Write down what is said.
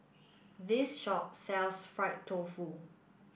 this shop sells Fried Tofu